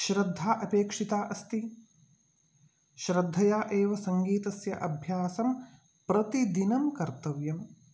श्रद्धा अपेक्षिता अस्ति श्रद्धया एव सङ्गीतस्य अभ्यासं प्रतिदिनं कर्तव्यं